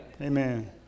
Amen